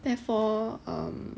therefore um